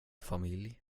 familj